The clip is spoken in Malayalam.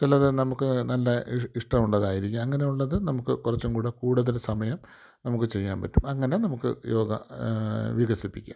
ചിലത് നമുക്ക് നല്ല ഇഷ് ഇഷ്ടം ഉള്ളതായിരിക്കും അങ്ങനെയുള്ളത് നമുക്ക് കുറച്ചുംകൂടെ കൂടുതൽ സമയം നമുക്ക് ചെയ്യാൻ പറ്റും അങ്ങനെ നമുക്ക് യോഗ വികസിപ്പിക്കാം